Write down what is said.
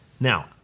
Now